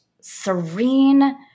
serene